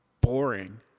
boring